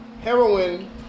Heroin